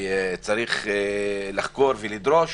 צריך לחקור ולדרוש,